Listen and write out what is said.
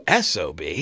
SOB